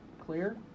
clear